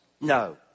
no